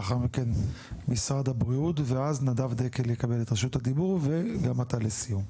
לאחר מכן משרד הבריאות ואז נדב דקל יקבל את רשות הדיבור וגם אתה לסיום.